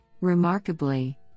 Remarkably